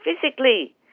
physically